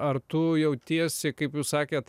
ar tu jautiesi kaip jūs sakėt